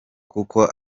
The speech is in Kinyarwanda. kuko